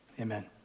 amen